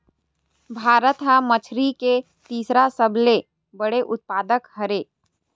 भारत हा मछरी के तीसरा सबले बड़े उत्पादक हरे